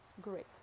great